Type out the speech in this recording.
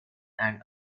and